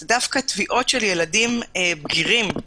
זה תביעות של ילדים בגירים,